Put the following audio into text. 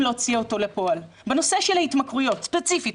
ספציפית,